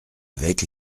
avec